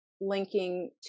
linking